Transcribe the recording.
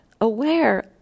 Aware